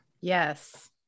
Yes